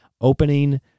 opening